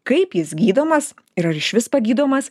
kaip jis gydomas ir ar išvis pagydomas